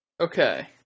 okay